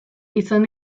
izan